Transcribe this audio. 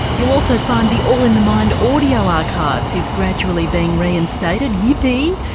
you'll also find the all in the mind audio archive is gradually being reinstated, yippee,